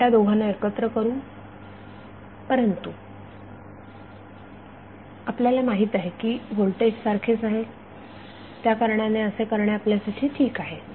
आपण त्या दोघांना एकत्र करू परंतु आपल्याला माहित आहे की व्होल्टेज सारखेच राहील त्या कारणाने असे करणे आपल्यासाठी ठीक आहे